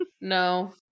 no